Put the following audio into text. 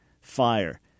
Fire